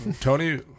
Tony